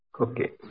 okay